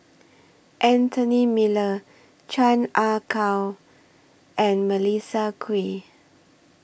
Anthony Miller Chan Ah Kow and Melissa Kwee